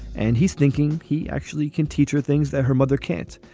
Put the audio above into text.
and he's thinking he actually can teach her things that her mother can't.